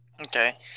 Okay